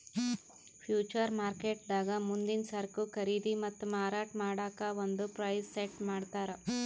future ಮಾರ್ಕೆಟ್ದಾಗ್ ಮುಂದಿನ್ ಸರಕು ಖರೀದಿ ಮತ್ತ್ ಮಾರಾಟ್ ಮಾಡಕ್ಕ್ ಒಂದ್ ಪ್ರೈಸ್ ಸೆಟ್ ಮಾಡ್ತರ್